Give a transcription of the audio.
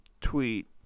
tweet